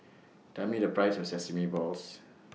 Tell Me The Price of Sesame Balls